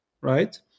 right